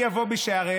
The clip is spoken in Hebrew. מי יבוא בשעריהם,